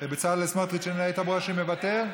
ובצלאל סמוטריץ ואיתן ברושי מוותרים?